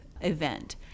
event